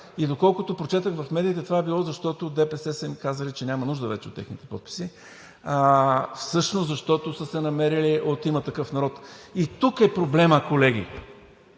и доколкото прочетох в медиите, това е било, защото от ДПС са им казали, че няма нужда вече от техните подписи, всъщност защото са се намерили от „Има такъв народ“. Тук е проблемът, колеги,